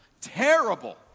terrible